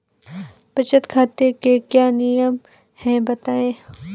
बचत खाते के क्या नियम हैं बताएँ?